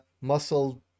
muscle